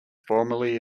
formally